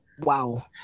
wow